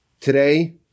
Today